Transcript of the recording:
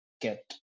get